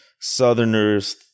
Southerners